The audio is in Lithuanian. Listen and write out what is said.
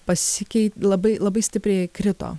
pasikei labai labai stipriai krito